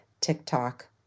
TikTok